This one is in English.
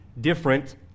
different